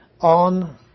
on